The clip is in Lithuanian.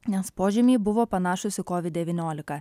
nes požymiai buvo panašūs į covid devyniolika